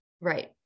Right